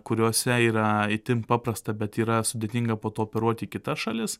kuriose yra itin paprasta bet yra sudėtinga po to operuot į kitas šalis